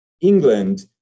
England